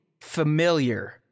familiar